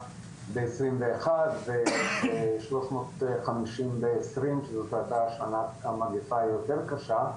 21 ו-350 אלף ב-2020 שזאת הייתה השנה עם המגפה היותר קשה.